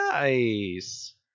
Nice